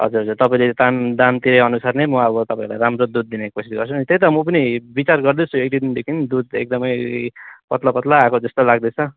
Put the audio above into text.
हजुर हजुर तपाईँले ताम दाम तिरेअनुसार नै म अब तपाईँहरूलाई राम्रो दुध दिने कोसिस गर्छु नि त्यही त म पनि विचार गर्दैछु एकदुई दिनदेखि दुध एकदमै पातलो पातलो आएकोजस्तो लाग्दैछ